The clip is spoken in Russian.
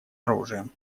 оружием